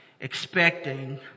expecting